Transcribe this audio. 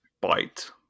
bite